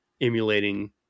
emulating